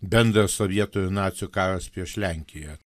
bendras sovietų nacių karas prieš lenkiją